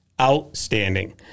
Outstanding